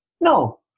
No